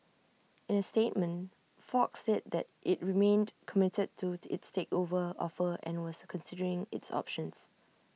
in A statement fox said that IT remained committed to its takeover offer and was considering its options